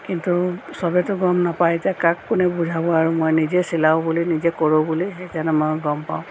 কিন্তু চবেতো গম নাপাই এতিয়া কাক কোনে বুজাব আৰু মই নিজে চিলাওঁ বুলি নিজে কৰোঁ বুলি সেইকাৰণে মই গম পাওঁ